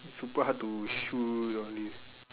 it's super hard to shoot all these